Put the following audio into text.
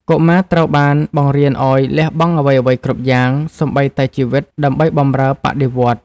កុមារត្រូវបានបង្រៀនឱ្យលះបង់អ្វីៗគ្រប់យ៉ាង សូម្បីតែជីវិត ដើម្បីបម្រើបដិវត្តន៍។